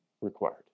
required